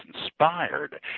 inspired